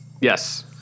Yes